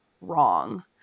wrong